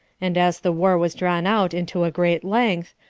and as the war was drawn out into a great length,